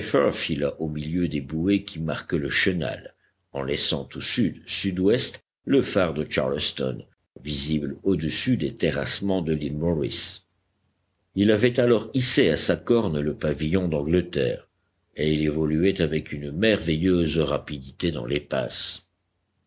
playfair fila au milieu des bouées qui marquent le chenal en laissant au sud sud ouest le phare de charleston visible au-dessus des terrassements de l'île morris il avait alors hissé à sa corne le pavillon d'angleterre et il évoluait avec une merveilleuse rapidité dans les passes